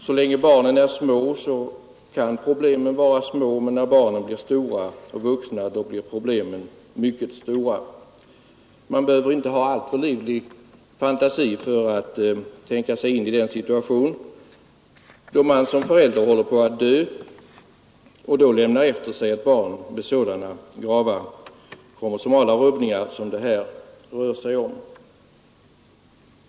Så länge barnen är små kan problemen också vara små, men när barnen blir stora och vuxna blir problemen mycket stora. Man behöver inte ha alltför livlig fantasi för att t.ex. tänka sig in i den situation som uppstår då man som förälder håller på att dö och då vet med sig att man lämnar efter sig ett barn med grava kromosomala rubbningar!